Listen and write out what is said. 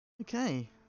okay